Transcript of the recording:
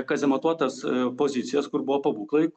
kazematuotas pozicijas kur buvo pabūklai